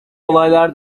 olaylar